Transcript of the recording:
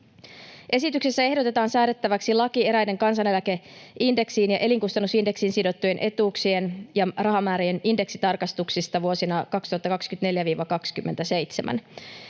Esityksessä ehdotetaan säädettäväksi laki eräiden kansaneläkeindeksiin ja elinkustannusindeksiin sidottujen etuuksien ja rahamäärien indeksitarkistuksista vuosina 2024—2027.